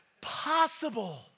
possible